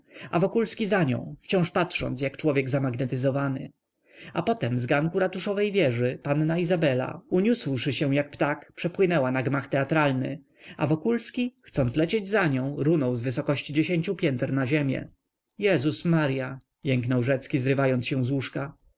a wokulski za nią wciąż patrząc jak człowiek zamagnetyzowany a potem z ganku ratuszowej wieży panna izabela uniósłszy się jak ptak przepłynęła na gmach teatralny a wokulski chcąc lecieć za nią runął z wysokości dziesięciu piętr na ziemię jezus marya jęknął rzecki zrywając się z łóżka